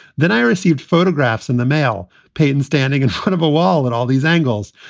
then i received photographs in the mail, payton standing in front of a wall and all these angles.